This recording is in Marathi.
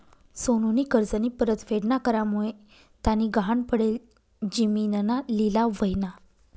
सोनूनी कर्जनी परतफेड ना करामुये त्यानी गहाण पडेल जिमीनना लिलाव व्हयना